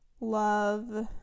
love